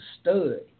stud